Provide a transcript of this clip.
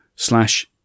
Slash